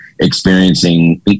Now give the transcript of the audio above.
experiencing